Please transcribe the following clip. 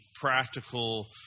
practical